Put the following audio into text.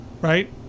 right